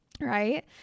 right